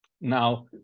Now